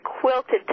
quilted